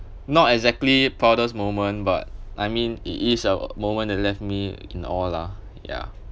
not exactly proudest moment but I mean it is a moment that left me in awe lah ya